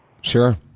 Sure